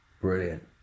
Brilliant